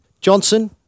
Johnson